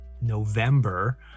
November